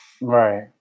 right